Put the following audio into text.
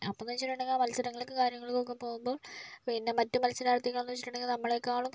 അപ്പോഴെന്ന് വെച്ചിട്ടുണ്ടെങ്കിൽ മത്സരങ്ങൾക്ക് കാര്യങ്ങൾക്കൊക്കെ പോകുമ്പോൾ പിന്നെ മറ്റ് മത്സരാർത്ഥികൾ എന്ന് വെച്ചിട്ടുണ്ടെങ്കിൽ നമ്മളെക്കാളും